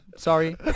Sorry